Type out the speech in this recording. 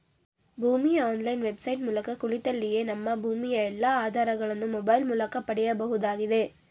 ಭೂಮಿ online website ಮೂಲಕ ಕುಳಿತಲ್ಲಿಯೇ ನಮ್ಮ ಭೂಮಿಯ ಎಲ್ಲಾ ಆಧಾರಗಳನ್ನು ಮೊಬೈಲ್ ಮೂಲಕ ಪಡೆಯಬಹುದಾಗಿದೆ